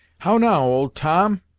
how now! old tom,